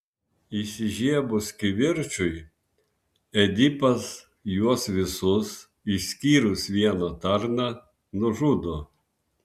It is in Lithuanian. įsižiebus kivirčui edipas juos visus išskyrus vieną tarną nužudo